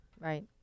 right